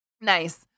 Nice